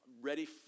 ready